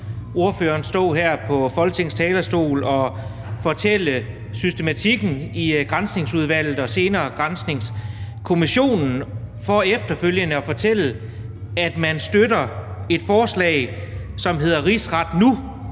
ordføreren stå her på Folketingets talerstol og fortælle om systematikken i Granskningsudvalget og senere granskningskommissionen for efterfølgende at fortælle, at man støtter et forslag, som nævner en rigsret nu,